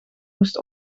moest